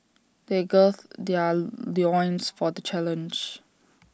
they gird their loins for the challenge